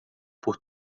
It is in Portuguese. por